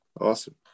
Awesome